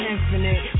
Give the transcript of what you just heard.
Infinite